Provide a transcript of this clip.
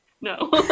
no